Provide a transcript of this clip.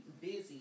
busy